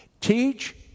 Teach